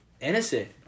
Innocent